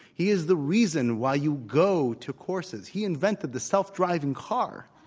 he is the reason why you go to courses. he invented the self-driving car.